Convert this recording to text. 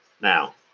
Now